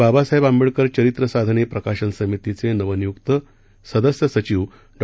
बाबासाहेब आंबेडकर चरित्र साधने प्रकाशन समितीचे नवनियुक्त सदस्य सचिव डॉ